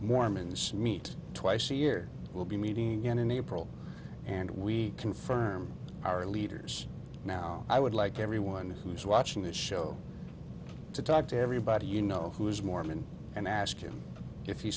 mormons meet twice a year we'll be meeting again in april and we confirm our leaders now i would like everyone who's watching this show to talk to everybody you know who is mormon and ask him if he